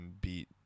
beat